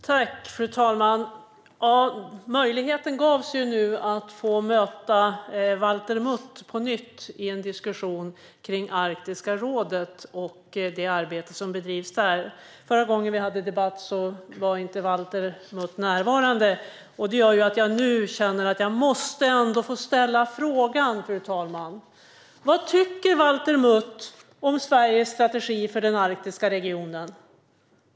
Fru talman! Möjligheten gavs nu att få möta Valter Mutt på nytt i en diskussion kring Arktiska rådet och det arbete som bedrivs där. Förra gången vi hade debatt var inte Valter Mutt närvarande, och det gör att jag nu känner att jag måste få ställa en fråga. Vad tycker Valter Mutt om Sveriges strategi för den arktiska regionen?